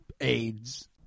aids